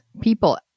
people